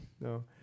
no